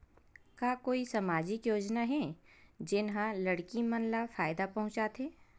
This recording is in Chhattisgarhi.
का कोई समाजिक योजना हे, जेन हा लड़की मन ला फायदा पहुंचाथे?